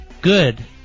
good